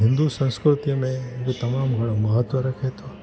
हिंदु संस्कृतिअ में अॼु तमामु घणो महत्वु रखे थो